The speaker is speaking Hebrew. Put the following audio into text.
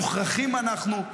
מוכרחים אנחנו,